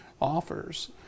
Offers